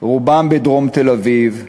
בדרום תל-אביב.